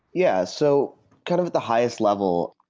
yeah so kind of the highest level,